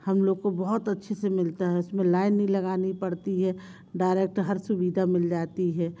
हम लोग को बहुत अच्छे से मिलता है उसमें लाइन नहीं लगानी पड़ती है डायरेक्ट हर सुविधा मिल जाती है